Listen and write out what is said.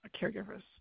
caregivers